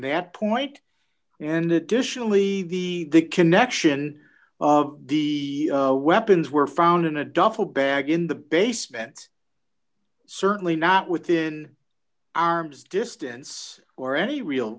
that point and additionally the connection of the weapons were found in a duffel bag in the basement certainly not within arm's distance or any real